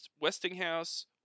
westinghouse